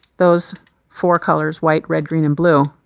those four colors, white, red, green, and blue,